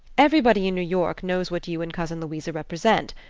everybody in new york knows what you and cousin louisa represent.